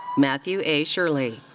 matthew a. shirley.